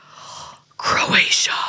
Croatia